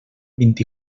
vint